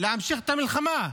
להמשיך את המלחמה.